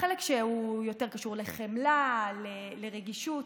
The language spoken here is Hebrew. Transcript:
החלק שיותר קשור לחמלה, לרגישות.